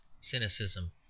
cynicism